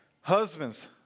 Husbands